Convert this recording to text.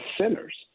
sinners